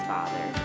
Father